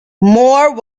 moore